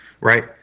right